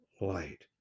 light